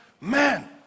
man